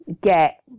get